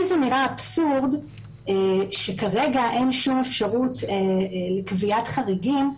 לי זה נראה אבסורד שכרגע אין שום אפשרות לקביעת חריגים.